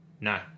No